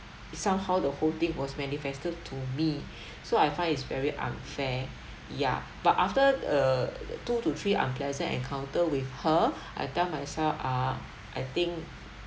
it somehow the whole thing was manifested to me so I find it's very unfair ya but after err two to three unpleasant encounter with her I tell myself ah I think